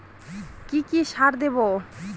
কি কি সার দেবো?